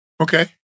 Okay